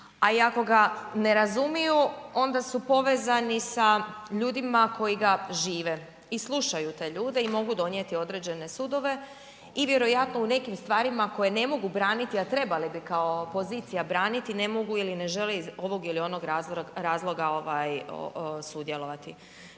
a i ako ga ne razumiju onda su povezani sa ljudima koji ga žive i slušaju te ljude i mogu donijeti određene sudove i vjerojatno u nekim stvarima koje ne mogu braniti, a trebali bi kao opozicija braniti, ne mogu ili ne žele iz ovog ili onog razloga ovaj sudjelovati.